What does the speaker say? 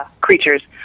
creatures